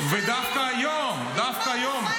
העיקר --- תודה.